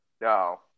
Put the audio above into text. No